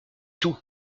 tout